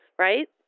Right